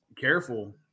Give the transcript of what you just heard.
Careful